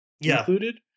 included